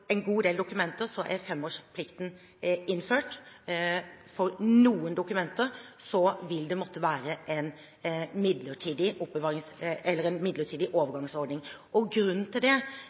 en god del dokumenter er femårsplikten innført. For noen dokumenter vil det måtte være en midlertidig overgangsordning. Grunnen til det